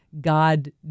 God